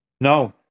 No